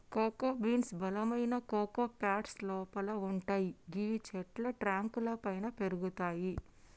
cocoa beans బలమైన cocoa pods లోపల వుంటయ్ గివి చెట్ల ట్రంక్ లపైన పెరుగుతయి